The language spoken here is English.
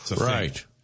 Right